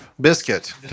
biscuit